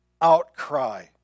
outcry